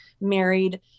married